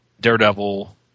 Daredevil